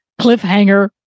Cliffhanger